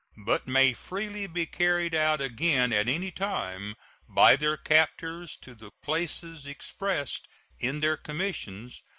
but may freely be carried out again at any time by their captors to the places expressed in their commissions,